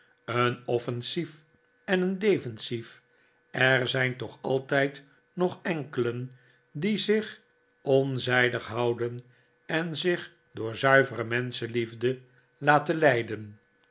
een offensief en een defensief er zijn toch altijd nog enkelen die zich onzijdig houden en zich door zuivere menschenliefde laten leiden